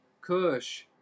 Kush